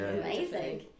amazing